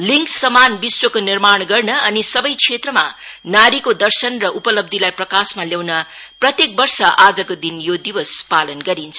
लिंगसमान विश्वको निर्माण गर्न अनि सबै क्षेत्रमा नारीको दर्शन र उपलब्धीलाई प्रकाशमा ल्याउन प्रत्येक वर्ष आजको दिन यो दिवस पालन गरिन्छ